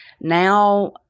Now